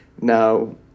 Now